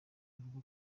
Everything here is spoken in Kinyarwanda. avuga